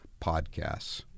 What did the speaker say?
podcasts